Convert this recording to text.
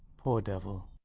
poor devil!